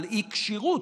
על אי-כשירות,